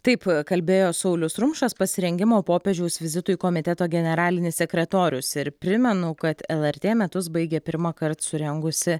taip kalbėjo saulius rumšas pasirengimo popiežiaus vizitui komiteto generalinis sekretorius ir primenu kad lrt metus baigė pirmąkart surengusi